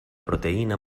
proteïna